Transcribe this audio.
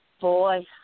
boy